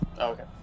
Okay